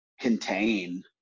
contain